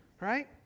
Right